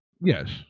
Yes